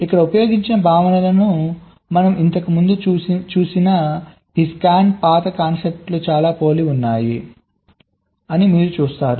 ఇక్కడ ఉపయోగించిన భావనలు మనం ఇంతకు ముందు చూసిన ఈ స్కాన్ పాత్ కాన్సెప్ట్కు చాలా పోలి ఉన్నాయని మీరు చూస్తారు